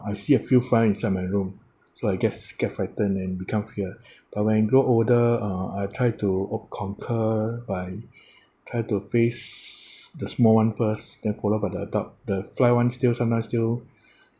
I see a few flying inside my room so I get s~ get frightened then become fear but when I grow older uh I try to o~ conquer by try to face the small [one] first then followed by the adult the fly [one] still sometimes still